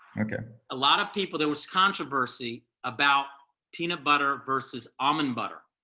okay. a lot of people there was controversy about peanut butter versus almond butter.